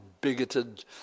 bigoted